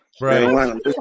Right